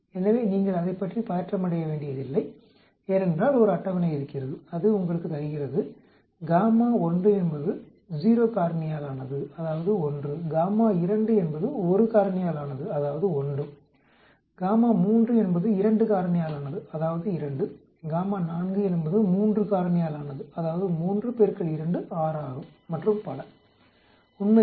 எனவே நீங்கள் அதைப் பற்றி பதற்றமடைய வேண்டியதில்லை ஏனென்றால் ஒரு அட்டவணை இருக்கிறது அது உங்களுக்குத் தருகிறது 1 என்பது 0 காரணியாலானது அதாவது 1 2 என்பது 1 காரணியாலானது அதாவது 1 3 என்பது 2 காரணியாலானது அதாவது 2 4 என்பது 3 காரணியாலானது அதாவது 3 2 6 ஆகும் மற்றும் பல உண்மையில்